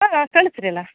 ಹಾಂ ಕಳ್ಸಿರಲ್ಲ